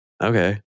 okay